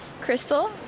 Crystal